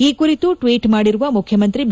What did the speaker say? ಈ ಕುರಿತು ಟ್ಲೀಟ್ ಮಾಡಿರುವ ಮುಖ್ಯಮಂತ್ರಿ ಬಿ